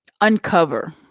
uncover